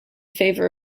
favor